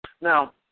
Now